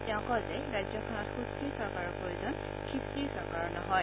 তেওঁ কয় যে ৰাজ্যখনত সুস্থিৰ চৰকাৰৰ প্ৰয়োজন খিচিৰি চৰকাৰৰ নহয়